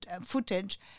footage